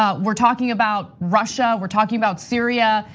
ah we're talking about russia, we're talking about syria.